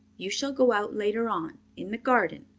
you shall go out later on, in the garden,